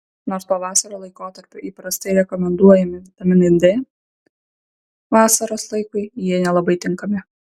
nors pavasario laikotarpiu įprastai rekomenduojami vitaminai d vasaros laikui jie nelabai tinkami